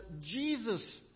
Jesus